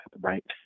Right